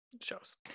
shows